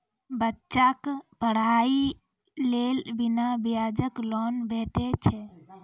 बच्चाक पढ़ाईक लेल बिना ब्याजक लोन भेटै छै?